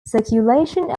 circulation